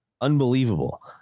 unbelievable